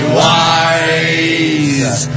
wise